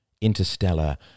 interstellar